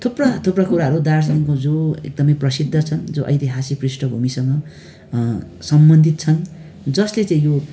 थुप्रा थुप्रा कुराहरू दार्जिलिङको जो एकदमै प्रसिद्ध छन् जो ऐतिहासिक पृष्ठभूमिसँग सम्बन्धित छन् जसले चाहिँ यो